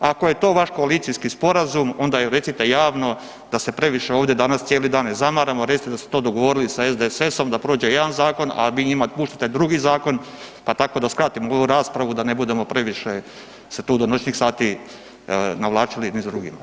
Ako je to vaš koalicijski sporazum, onda i recite javno da se previše ovdje danas cijeli dan ne zamaramo, recite da ste to dogovorili s SDSS-om da prođe jedan zakon, a vi njima pustite drugi zakon pa tako da skratimo ovu raspravu da ne budemo previše se tu do noćnih sati navlačili jedni s drugima.